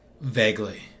vaguely